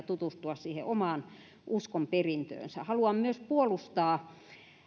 tutustua siihen omaan uskonperintöönsä haluan myös puolustaa